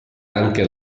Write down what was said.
anche